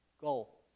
goal